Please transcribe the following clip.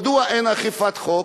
מדוע אין אכיפת חוק?